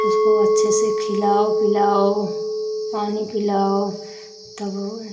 उसको अच्छे से खिलाओ पिलाओ पानी पिलाओ तब वह